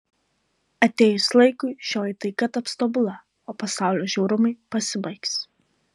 atėjus laikui šioji taika taps tobula o pasaulio žiaurumai pasibaigs